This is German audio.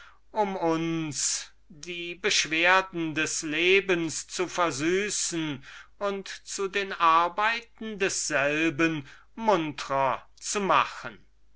ansahen uns die beschwerden des lebens zu versüßen und zu den arbeiten desselben munter zu machen